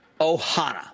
ohana